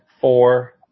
Four